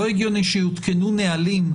לא הגיוני שיותקנו נהלים,